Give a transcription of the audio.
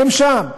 הם שם,